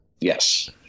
Yes